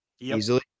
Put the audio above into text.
Easily